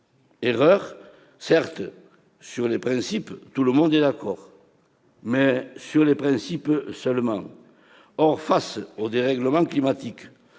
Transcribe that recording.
erreur ! Certes, sur les principes, tout le monde est d'accord, mais sur les principes seulement. Or, face au dérèglement climatique,